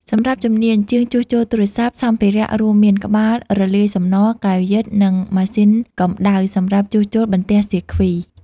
សម្រាប់ជំនាញ ជាងជួសជុលទូរសព្ទ សម្ភារៈរួមមានក្បាលរលាយសំណរ កែវយឹត និងម៉ាស៊ីនកម្ដៅសម្រាប់ជួសជុលបន្ទះសៀគ្វី។